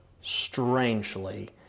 strangely